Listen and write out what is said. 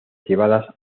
llevadas